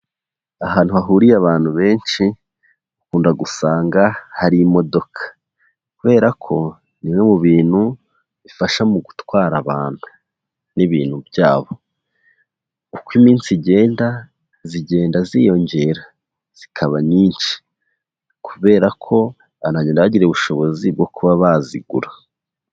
Ahantu hahuriye abantu benshi; ukunda gusanga hari imodoka kubera ko bimwe mu bintu bifasha mu gutwara abantu n'ibintu byabo. Uko iminsi igenda, zigenda ziyongera zikaba nyinshi, kubera ko abantu bagenda bagira ubushobozi bwo kuba bazigura.